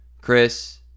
Chris